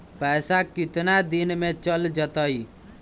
पैसा कितना दिन में चल जतई?